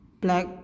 black